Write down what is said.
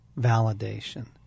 validation